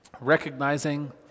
recognizing